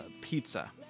pizza